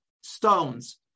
stones